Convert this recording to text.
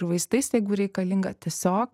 ir vaistais jeigu reikalinga tiesiog